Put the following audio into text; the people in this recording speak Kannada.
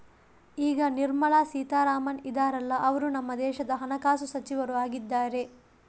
ಈಗ ನಿರ್ಮಲಾ ಸೀತಾರಾಮನ್ ಇದಾರಲ್ಲ ಅವ್ರು ನಮ್ಮ ದೇಶದ ಹಣಕಾಸು ಸಚಿವರು ಆಗಿದ್ದಾರೆ